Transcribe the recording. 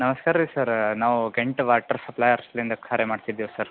ನಮಸ್ಕಾರ್ರಿ ಸರ್ರ ನಾವು Kent water ಸಪ್ಲಯರ್ಸ್ಲಿಂದ ಕರೆ ಮಾಡ್ತಿದ್ದೀವಿ ಸರ್